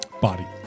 body